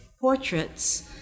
portraits